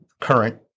current